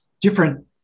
different